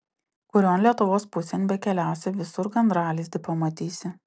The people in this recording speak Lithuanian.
kurion lietuvos pusėn bekeliausi visur gandralizdį pamatysi